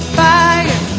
fire